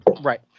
right